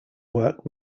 work